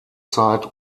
zeit